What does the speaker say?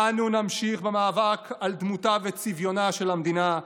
ואנו נמשיך במאבק על דמותה וצביונה של המדינה,